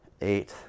eight